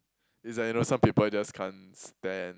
is like you know some people just can't stand